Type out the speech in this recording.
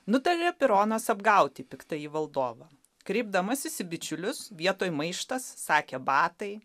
nutarė pironas apgauti piktąjį valdovą kreipdamasis į bičiulius vietoj maištas sakė batai